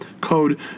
Code